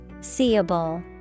Seeable